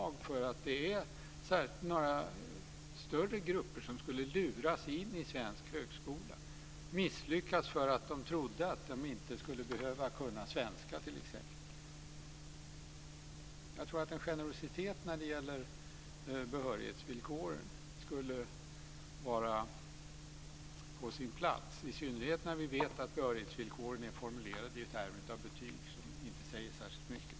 Jag tror inte att det är några större grupper som skulle luras in i svensk högskola och misslyckas för att de trodde att de inte skulle behöva kunna t.ex. svenska. En generositet när det gäller behörighetsvillkoren skulle vara på sin plats, i synnerhet som vi vet att behörighetsvillkoren är formulerade i termer av betyg som inte säger särskilt mycket.